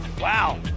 Wow